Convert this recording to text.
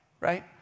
right